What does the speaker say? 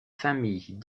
familles